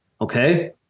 Okay